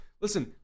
Listen